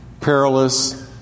perilous